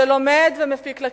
שלומד ומפיק לקחים.